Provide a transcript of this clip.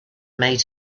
made